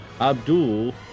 Abdul